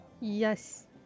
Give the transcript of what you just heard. Yes